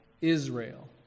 Israel